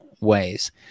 ways